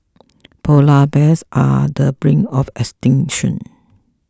Polar Bears are the brink of extinction